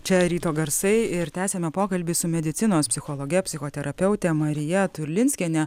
čia ryto garsai ir tęsiame pokalbį su medicinos psichologe psichoterapeute marija turlinskiene